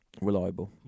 Reliable